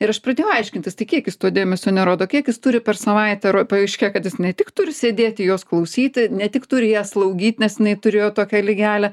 ir aš pradėjau aiškintis tai kiek jis to dėmesio nerodo kiek jis turi per savaitę paaiškėjo kad jis ne tik turi sėdėti jos klausyti ne tik turi ją slaugyt nes jinai turėjo tokią ligelę